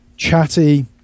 chatty